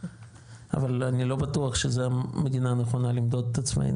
אבל אני לא בטוח שזה המדינה הנכונה למדוד את עצמנו,